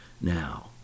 Now